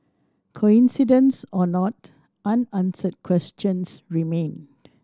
coincidence or not unanswered questions remain